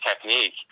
technique